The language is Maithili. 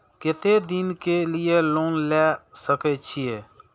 केते दिन के लिए लोन ले सके छिए?